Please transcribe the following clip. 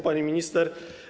Pani Minister!